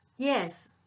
Yes